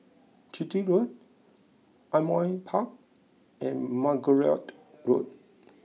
Chitty Road Ardmore Park and Margoliouth Road